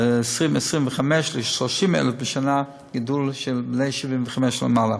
וב-2025 ל-30,000 בשנה, גידול במספר בני 75 ומעלה.